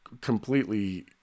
completely